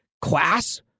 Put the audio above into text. class